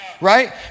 right